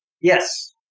Yes